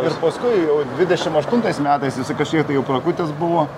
ir paskui jau dvidešim aštuntais metais jisai kažkiek tai jau prakutęs buvo